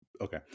okay